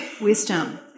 wisdom